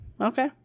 Okay